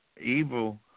Evil